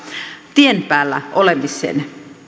tien päällä olemiseen